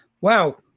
wow